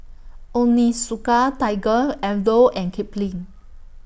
Onitsuka Tiger Aldo and Kipling